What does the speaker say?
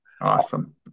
awesome